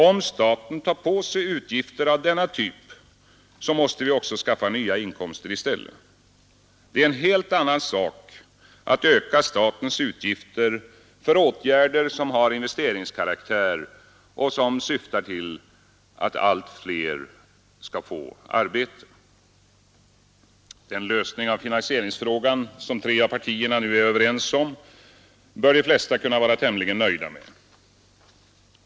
Om staten tar på sig utgifter av denna typ så måste vi också skaffa nya inkomster i stället. Det är en helt annan sak att öka statens utgifter för åtgärder som har investeringskaraktär och som syftar till att allt fler skall få arbete. Den lösning av finansieringsfrågan som tre av partierna nu är överens om bör de flesta kunna vara tämligen nöjda med.